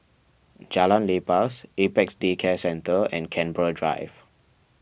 Jalan Lepas Apex Day Care Centre and Canberra Drive